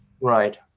Right